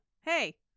Hey